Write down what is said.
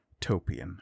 Topian